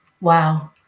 Wow